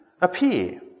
appear